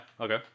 okay